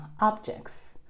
objects